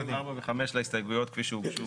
לא, סעיפים 4 ו-5 להסתייגויות כפי שהוגשו.